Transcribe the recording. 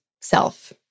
self